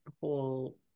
whole